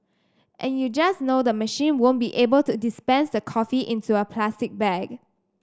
and you just know the machine won't be able to dispense the coffee into a plastic bag